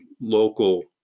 local